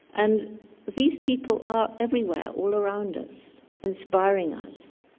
and these people are everywhere, all around us, inspiring us,